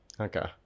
Okay